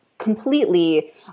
completely